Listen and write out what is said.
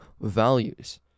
values